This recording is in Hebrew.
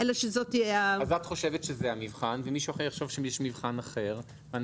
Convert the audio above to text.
את חושבת שזה המבחן ומישהו אחר יחשוב שיש מבחן אחר.